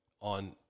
on